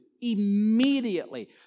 Immediately